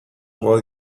while